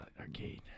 arcade